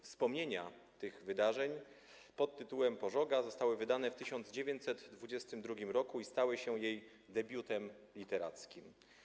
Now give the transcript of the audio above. Wspomnienia z tych wydarzeń pt. „Pożoga” zostały wydane w 1922 r. i stały się jej debiutem literackim.